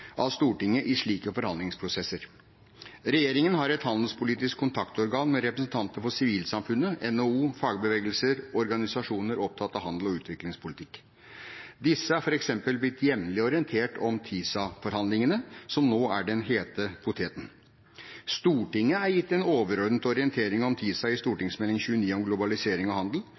av Stortinget i slike forhandlingsprosesser. Regjeringen har et handelspolitisk kontaktorgan med representanter for sivilsamfunnet, NHO, fagbevegelser og organisasjoner opptatt av handels- og utviklingspolitikk. Disse er f.eks. blitt jevnlig orientert om TISA-forhandlingene, som nå er den hete poteten. Stortinget er gitt en overordnet orientering om TISA i Meld. St. 29 for 2014–2015, om globalisering og handel.